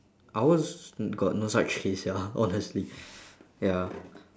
ours s~ s~ got no such case sia honestly ya